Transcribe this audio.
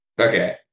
Okay